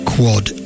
Quad